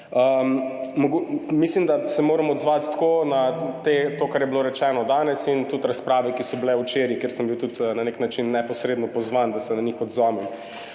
Mislim, da se moram odzvati tako na to, kar je bilo rečeno danes, in tudi razprave, ki so bile včeraj, ker sem bil tudi na nek način neposredno pozvan, da se na njih odzovem.